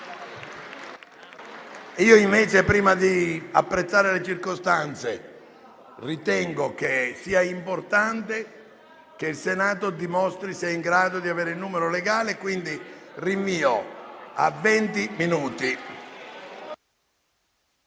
Io invece, prima di apprezzare le circostanze, ritengo che sia importante che il Senato dimostri se è in grado di avere il numero legale e, quindi, sospendo la seduta